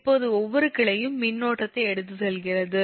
இப்போது ஒவ்வொரு கிளையும் மின்னோட்டத்தை எடுத்துச் செல்கிறது